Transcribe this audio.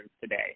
today